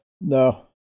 No